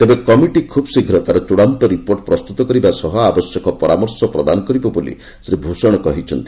ତେବେ କମିଟି ଖୁବ୍ ଶୀଘ୍ର ତାର ଚୂଡ଼ାନ୍ତ ରିପୋର୍ଟ ପ୍ରସ୍ତୁତ କରିବା ସହ ଆବଶ୍ୟକ ପରାମର୍ଶ ପ୍ରଦାନ କରିବ ବୋଲି ଶ୍ରୀ ଭୂଷଣ କହିଛନ୍ତି